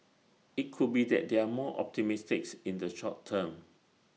IT could be that they're more in the short term